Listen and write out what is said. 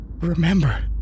remember